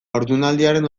haurdunaldiaren